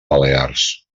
balears